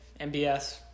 MBS